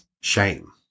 shame